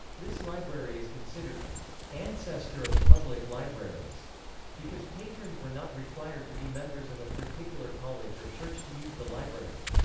this library is considered the ancestor of public libraries because patrons were not required to be members of a particular college or church to use the library.